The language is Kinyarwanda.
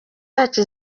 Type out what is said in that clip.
yacu